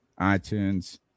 iTunes